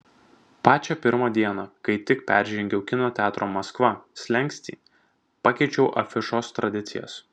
pačią pirmą dieną kai tik peržengiau kino teatro maskva slenkstį pakeičiau afišos tradicijas